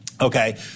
Okay